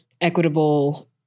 equitable